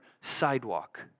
sidewalk